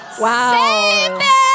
Wow